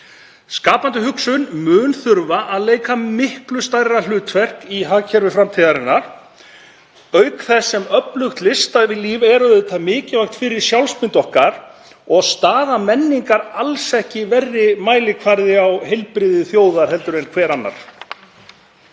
Skapandi hugsun mun þurfa að leika miklu stærra hlutverk í hagkerfi framtíðarinnar auk þess sem öflugt listalíf er mikilvægt fyrir sjálfsmynd okkar. Staða menningar er alls ekki verri mælikvarði á heilbrigði þjóðar en hver annar.